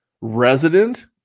resident –